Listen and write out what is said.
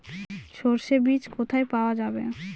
সর্ষে বিজ কোথায় পাওয়া যাবে?